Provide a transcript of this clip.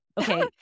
Okay